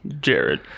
Jared